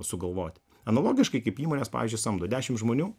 sugalvoti analogiškai kaip įmonės pavyzdžiui samdo dešim žmonių